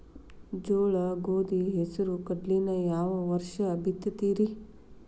ಜೋಳ, ಗೋಧಿ, ಹೆಸರು, ಕಡ್ಲಿನ ಯಾವ ವರ್ಷ ಬಿತ್ತತಿರಿ?